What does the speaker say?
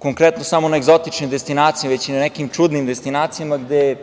konkretno samo na egzotičnim destinacijama, već i na nekim čudnim destinacijama, gde